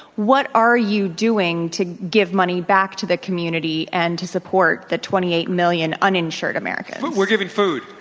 what are you doing to give money back to the community and to support the twenty eight million uninsured americans? we're giving food,